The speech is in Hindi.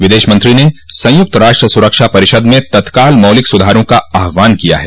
विदेश मंत्री ने संयुक्त राष्ट्र सुरक्षा परिषद में तत्काल मौलिक सुधारों का आहवान किया है